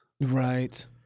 Right